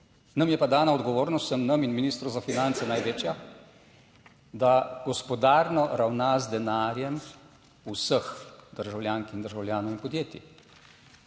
Nam je pa dana odgovornost, vsem nam in ministru za finance, največja, da gospodarno ravna z denarjem vseh državljank in državljanov in podjetij.